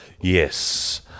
yes